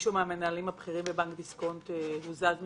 מישהו מהמנהלים הבכירים בבנק דיסקונט הוזז מתפקידו,